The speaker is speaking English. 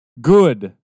good